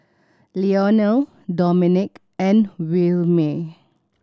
Lionel Domenick and Williemae